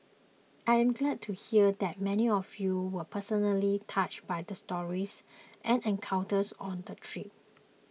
I am glad to hear that many of you were personally touched by the stories and encounters on the trip